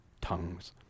tongues